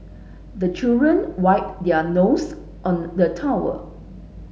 the children wipe their nose on the towel